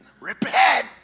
Repent